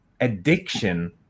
addiction